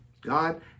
God